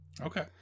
Okay